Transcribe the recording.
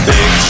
Big